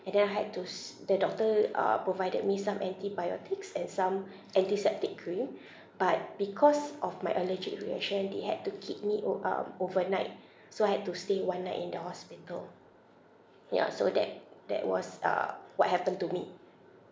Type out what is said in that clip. and then I had to s~ the doctor uh provided me some antibiotics and some antiseptic cream but because of my allergic reaction they had to keep me o~ um overnight so I had to stay one night in the hospital ya so that that was uh what happened to me